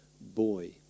boy